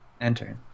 Enter